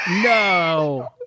No